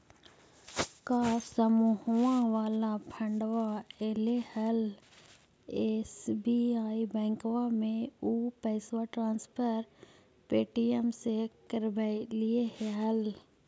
का समुहवा वाला फंडवा ऐले हल एस.बी.आई बैंकवा मे ऊ पैसवा ट्रांसफर पे.टी.एम से करवैलीऐ हल?